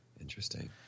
Interesting